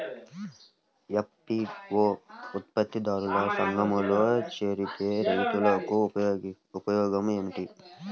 FPO ఉత్పత్తి దారుల సంఘములో చేరితే రైతులకు ఉపయోగము ఏమిటి?